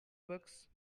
bugs